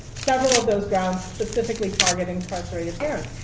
several of those grounds specifically target incarcerated parents.